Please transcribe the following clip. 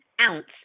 ounce